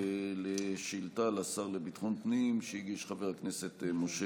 על שאילתה לשר לביטחון הפנים שהגיש חבר הכנסת משה